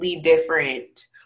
different